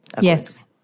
Yes